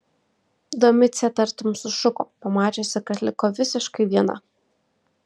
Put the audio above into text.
domicė tartum sušuko pamačiusi kad liko visiškai viena